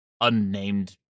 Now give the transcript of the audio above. unnamed